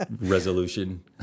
resolution